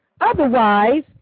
Otherwise